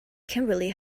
kimberly